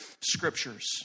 scriptures